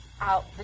out